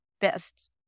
best